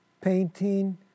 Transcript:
painting